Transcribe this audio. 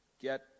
get